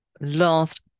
Last